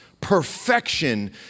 perfection